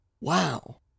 Wow